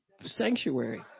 sanctuary